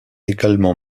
également